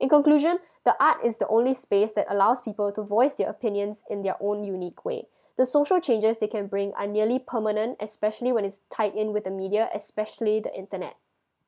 in conclusion the art is the only space that allows people to voice their opinions in their own unique way the social changes they can bring are nearly permanent especially when it's tied in with the media especially the internet